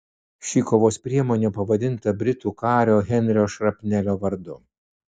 ši kovos priemonė pavadinta britų kario henrio šrapnelio vardu